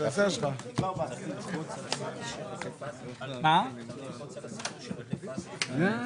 הישיבה ננעלה בשעה 13:40.